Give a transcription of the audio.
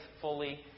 fully